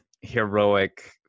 heroic